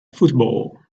football